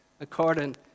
According